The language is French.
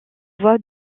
voix